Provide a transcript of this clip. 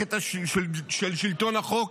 במערכת של שלטון החוק,